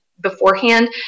beforehand